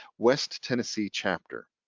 west tennessee chapter.